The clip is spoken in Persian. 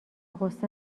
غصه